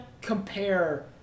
compare